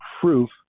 proof